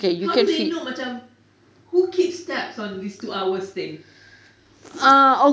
how do they know macam who keeps tabs on these two hours thing